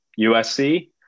USC